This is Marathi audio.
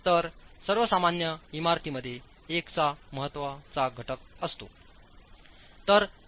तर सर्व सामान्य इमारतींमध्ये1 चामहत्त्वाचाघटक असतो